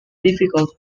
difficult